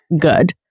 good